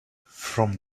from